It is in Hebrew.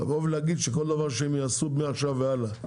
לבוא ולהגיד שכל דבר שהם יעשו מעכשיו והלאה,